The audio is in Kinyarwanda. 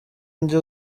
njye